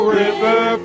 river